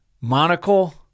monocle